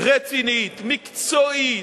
רצינית, מקצועית,